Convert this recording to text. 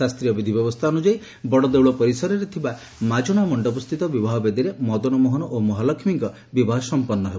ଶାସ୍ତୀୟ ବିଧିବ୍ୟବସ୍ଗା ଅନୁଯାୟୀ ବଡ଼ଦେଉଳ ପରିସରରେ ଥବା ମାଜଶା ମଣ୍ଡପସ୍ଷ୍ତିତ ବିବାହ ବେଦୀରେ ମଦନମୋହନ ଓ ମହାଲକ୍ଷୀଙ୍କ ବିବାହ ସଂପନ୍ ହେବ